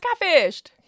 catfished